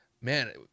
man